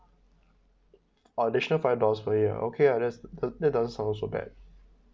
uh the additional is five dollars per year okay uh that's the that's doesn't sound so bad